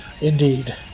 Indeed